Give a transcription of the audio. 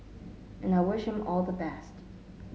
and I wish him all the best